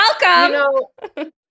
welcome